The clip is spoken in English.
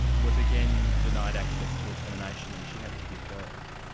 was again denied access to a termination and she had to give birth.